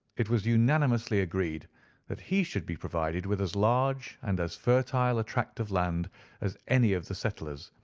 it was unanimously agreed that he should be provided with as large and as fertile a tract of land as any of the settlers,